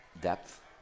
depth